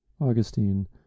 Augustine